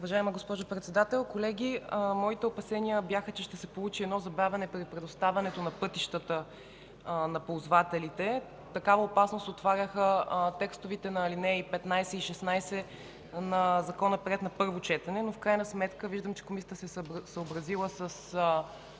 Уважаема госпожо Председател, колеги! Моите опасения бяха, че ще се получи едно забавяне при предоставянето на пътищата на ползвателите. Такава опасност отваряха текстовете на ал. 15 и ал. 16 на Закона, приет на първо четене. В крайна сметка, виждам, че Комисията се е съобразила с